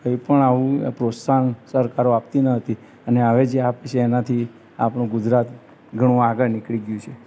કંઇપણ આવું પ્રોત્સાહન સરકારો આપતી ન હતી અને જે આપે છે એનાથી આપણું ગુજરાત ઘણું આગળ નિકળી ગયું છે